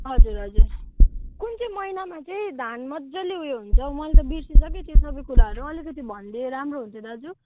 हजुर हजुर कुन चाहिँ महिनामा चाहिँ धान मजाले उयो हुन्छ हौ मैले त बिर्सिसकेँ त्यो सबै कुराहरू अलिकति भनिदिए राम्रो हुने थियो दाजु